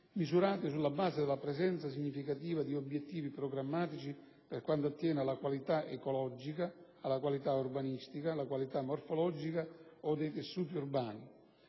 misurata sulla base della presenza significativa di obiettivi programmatici per quanto attiene alla qualità ecologica, alla qualità urbanistica e alla qualità morfologica o dei tessuti urbani;